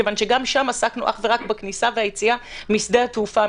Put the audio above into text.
מכיוון שגם שם עסקנו אך ורק בכניסה וביציאה משדה התעופה,